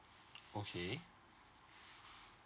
okay